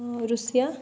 Russia